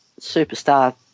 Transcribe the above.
superstar